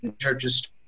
churches